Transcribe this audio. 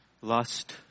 lust